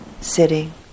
sitting